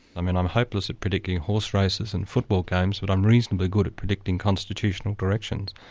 i mean i'm hopeless at predicting horse races and football games, but i'm reasonably good at predicting constitutional directions.